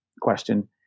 question